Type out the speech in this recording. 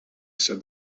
said